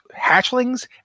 hatchlings